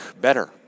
better